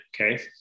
Okay